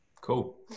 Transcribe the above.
Cool